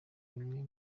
bimwe